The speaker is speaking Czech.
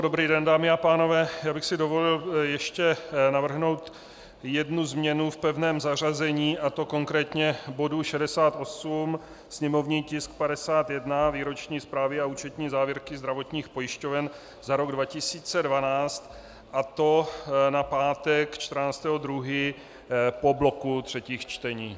Dobrý den, dámy a pánové, já bych si dovolil ještě navrhnout jednu změnu v pevném zařazení, a to konkrétně v bodu 68, sněmovní tisk 51, Výroční zprávy a účetní závěrky zdravotních pojišťoven za rok 2012, a to na pátek 14. 2. po bloku třetích čtení.